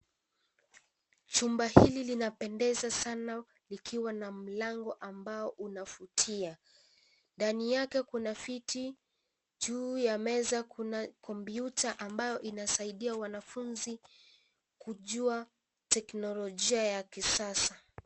Chumba hili linapendeza Sana likiwa na mlango ambao unavutia. Ndani yake kuna viti. Juu ya meza kuna kompyuta ambayo inasaidia wanafunzi kujua teknolojia ya kisasa.